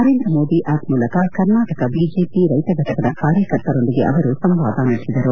Narendra Modi app ಮೂಲಕ Karnataka BJP ರೈತಘಟಕದ ಕಾರ್ಯಕರ್ತರೊಂದಿಗೆ ಅವರು ಸಂವಾದ ನಡೆಸಿದರು